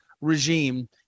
regime